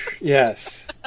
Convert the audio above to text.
Yes